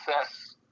access